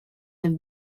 have